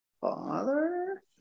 father